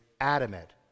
adamant